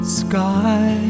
sky